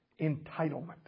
Entitlement